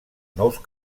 nous